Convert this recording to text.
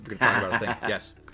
Yes